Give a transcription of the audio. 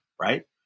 Right